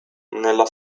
nella